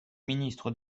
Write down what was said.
ministre